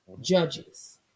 Judges